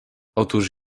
otóż